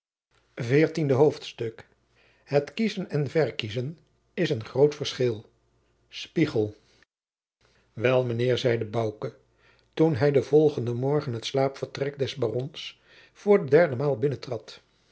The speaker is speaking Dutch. veertiende hoofdstuk het kiezen en verkiezen is een groot verscheel spieghel wel mijnheer zeide bouke toen hij den volgenden morgen het slaapvertrek des barons voor de derde maal